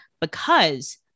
because-